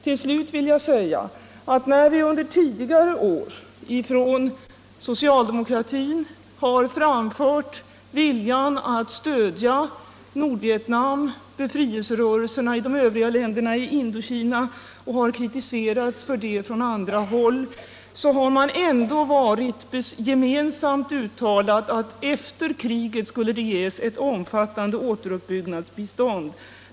Till slut vill jag säga att när vi under tidigare år från socialdemokratin har framhållit vikten av att stödja Nordvietnam och befrielserörelserna i de övriga länderna i Indokina och har kritiserats för det från andra håll, då har riksdagen ändå uttalat att efter kriget skulle det ges ett omfattande återuppbyggnadsbistånd.